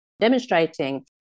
demonstrating